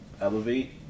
elevate